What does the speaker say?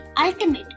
ultimate